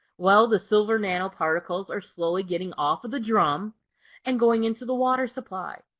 well, the silver nanoparticles are slowly getting off of the drum and going into the water supply.